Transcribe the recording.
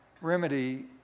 remedy